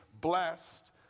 blessed